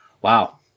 Wow